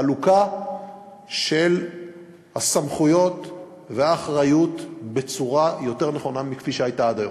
חלוקה של הסמכויות והאחריות בצורה יותר נכונה מכפי שהייתה עד היום.